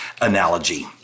analogy